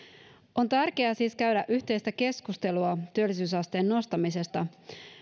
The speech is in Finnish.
on tärkeää siis käydä yhteistä keskustelua työllisyysasteen nostamisesta